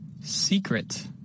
Secret